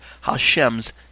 Hashem's